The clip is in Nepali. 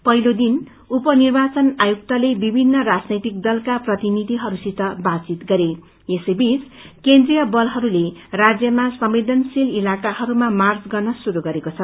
पहिलो दिन उप निर्वाचन आयुक्तले विभिन्न राजनैतिक दलका प्रतिनिधिहरूसित बातचीत गरें यसैबीच केन्द्रीय बलहरूले राजयमा संवेदनशील इलाकाहरूमा र्माच गर्न शुरू गरेको छ